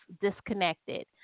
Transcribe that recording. disconnected